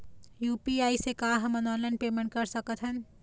UPI से का हमन ऑनलाइन पेमेंट कर सकत हन?